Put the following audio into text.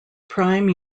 prime